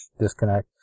disconnect